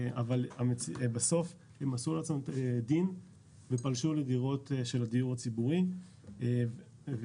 אבל בסוף הם עשו לעצמם דין ופלשו לדירות של הדיור הציבורי ובסוף